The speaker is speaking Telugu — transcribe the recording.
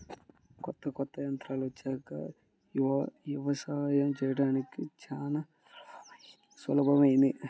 కొత్త కొత్త యంత్రాలు వచ్చాక యవసాయం చేయడం చానా సులభమైపొయ్యింది